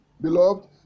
Beloved